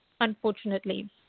unfortunately